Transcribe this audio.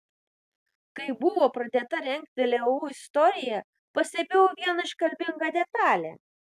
kai buvo pradėta rengti leu istorija pastebėjau vieną iškalbingą detalę